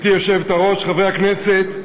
גברתי היושבת-ראש, חברי הכנסת,